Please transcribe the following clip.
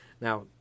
now